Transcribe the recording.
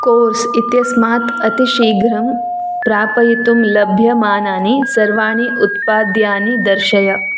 course इत्यस्मात् अतिशीघ्रं प्रापयितुं लभ्यमानानि सर्वाणि उत्पाद्यानि दर्शय